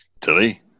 Tilly